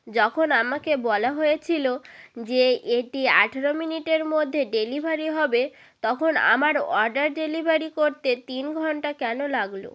যখন আমাকে বলা হয়েছিল যে এটি আঠারো মিনিটের মধ্যে ডেলিভারি হবে তখন আমার অর্ডার ডেলিভারি করতে তিন ঘণ্টা কেন লাগল